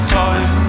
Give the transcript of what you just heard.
time